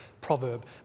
proverb